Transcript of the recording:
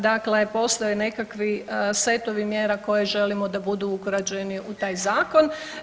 Dakle, postoje nekakvi setovi mjera koje želimo da budu ugrađeni u taj zakon.